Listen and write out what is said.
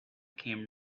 came